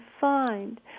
find